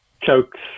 chokes